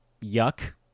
Yuck